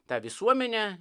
tą visuomenę